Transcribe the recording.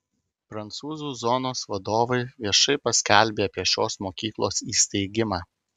prancūzų zonos vadovai viešai paskelbė apie šios mokyklos įsteigimą